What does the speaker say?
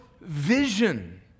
vision